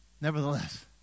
Nevertheless